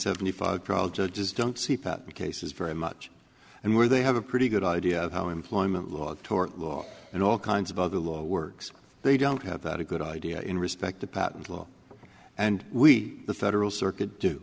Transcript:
seventy five crowd judges don't see fat cases very much and where they have a pretty good idea of how employment law tort law and all kinds of other law works they don't have that a good idea in respect to patent law and we the federal circuit do